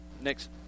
next